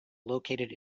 located